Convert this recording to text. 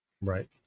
right